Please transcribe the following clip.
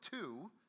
two